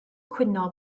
cwyno